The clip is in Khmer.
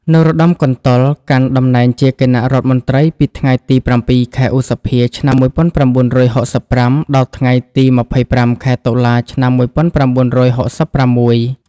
នរោត្តម កន្តុល កាន់តំណែងជាគណៈរដ្ឋមន្ត្រីពីថ្ងៃទី ៧ ខែឧសភា ឆ្នាំ១៩៦៥ ដល់ថ្ងៃទី ២៥ ខែតុលា ឆ្នាំ១៩៦៦។